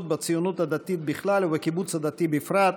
בציונות הדתית בכלל ובקיבוץ הדתי בפרט,